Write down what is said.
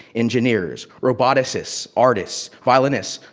engineers, roboticists, artists, violinists.